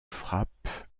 frappe